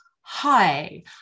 hi